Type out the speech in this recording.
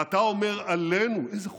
ואתה אומר עלינו איזו חוצפה,